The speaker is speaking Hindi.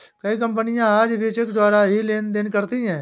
कई कपनियाँ आज भी चेक द्वारा ही लेन देन करती हैं